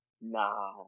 nah